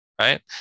right